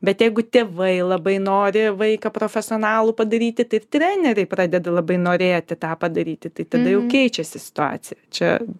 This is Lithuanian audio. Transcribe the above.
bet jeigu tėvai labai nori vaiką profesionalu padaryti tai ir treneriai pradeda labai norėti tą padaryti tai tada jau keičiasi situacija čia